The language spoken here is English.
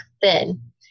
thin